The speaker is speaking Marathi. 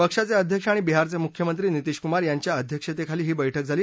पक्षाचे अध्यक्ष आणि बिहारचे मुख्यमंत्री नीतीश कुमार यांच्या अध्यक्षतेखाली ही बस्क्र झाली